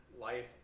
life